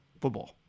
Football